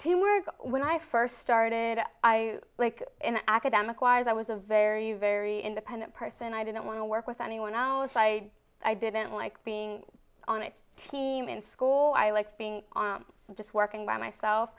to work when i first started i like an academic was i was a very very independent person i didn't want to work with anyone else i i didn't like being on it team in school i liked being on just working by myself